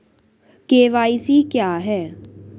ई KYC क्या है?